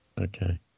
Okay